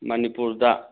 ꯃꯅꯤꯄꯨꯔꯗ